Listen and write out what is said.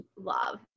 love